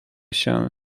się